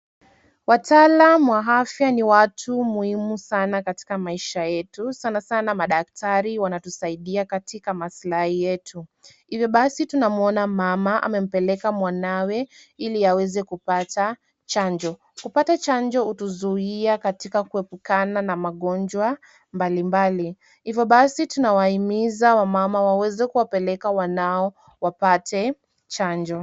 Wataalam wa afya ni watu muhimu sana katika maisha yetu. Sana sana madaktari wanatusaidia katika maslahi yetu. hivyo basi tunamwona mama amempeleka mwanawe ili aweze kupata chanjo. Kupata chanjo hutuzuia katika kuepukana na magonjwa mbalimbali. Ivyo basi tunawaimiza wamama waweze kuwapeleka wanao wapate chanjo.